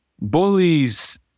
bullies